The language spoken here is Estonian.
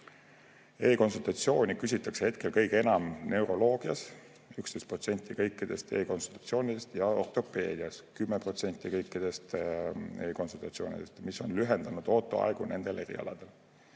E‑konsultatsiooni küsitakse hetkel kõige enam neuroloogias, 11% kõikidest e‑konsultatsioonidest, ja ortopeedias, 10% kõikidest konsultatsioonidest, mis on lühendanud ooteaegu nendel erialadel.